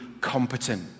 competent